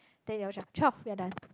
then twelve we are done